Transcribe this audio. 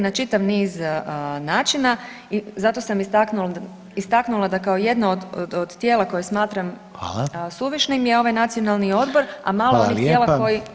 Na čitav niz načina i zato sam istaknula da kao jedno od tijela koje smatram suvišnim je ovaj Nacionalni odbor, a malo onih tijela koji…